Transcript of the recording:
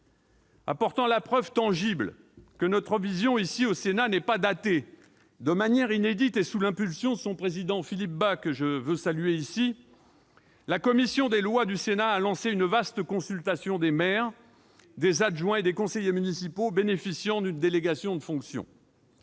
Apportant la preuve tangible que la vision du Sénat n'est pas « datée », sous l'impulsion de son président Philippe Bas, que je veux ici saluer, la commission des lois a lancé, de manière inédite, une vaste consultation des maires, des adjoints et des conseillers municipaux bénéficiant d'une délégation de fonctions.